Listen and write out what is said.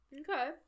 Okay